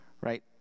Right